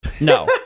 No